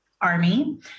army